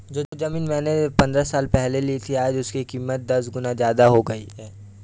जो जमीन मैंने पंद्रह साल पहले ली थी, आज उसकी कीमत दस गुना जादा हो गई है